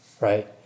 right